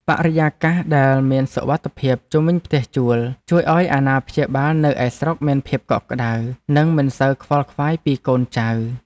បរិយាកាសដែលមានសុវត្ថិភាពជុំវិញផ្ទះជួល ជួយឱ្យអាណាព្យាបាលនៅឯស្រុកមានភាពកក់ក្តៅ និងមិនសូវខ្វល់ខ្វាយពីកូនចៅ។